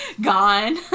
Gone